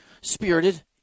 spirited